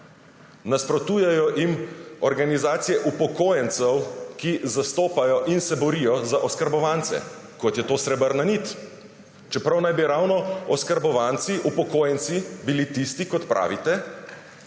Nasprotujejo jim organizacije upokojencev, ki zastopajo in se borijo za oskrbovance, kot je to Srebrna nit, čeprav naj bi ravno oskrbovanci, upokojenci, bili tisti, kot pravite,